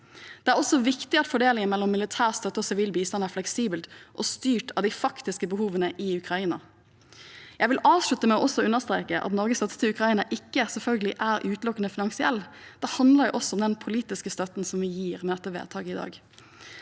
Det er også viktig at fordelingen mellom militær støtte og sivil bistand er fleksibel og styrt av de faktiske behovene i Ukraina. Jeg vil avslutte med å understreke at Norges støtte til Ukraina selvfølgelig ikke er utelukkende finansiell. Det handler også om den politiske støtten som vi gir med vedtaket i dag.